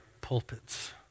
pulpits